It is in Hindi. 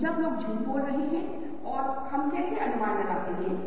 तो मूल रूप से क्या होता है ध्यान केंद्रित करना निस्पंदन की एक गहन प्रक्रिया है